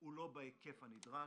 הוא לא בהיקף הנדרש.